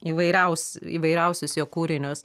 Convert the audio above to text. įvairiaus įvairiausius jo kūrinius